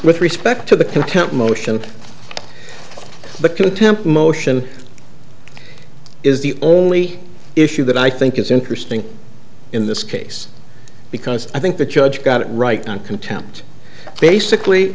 with respect to the contempt motion but contempt motion is the only issue that i think is interesting in this case because i think the judge got it right on contempt basically